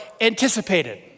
anticipated